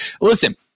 Listen